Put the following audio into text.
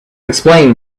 explain